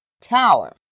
tower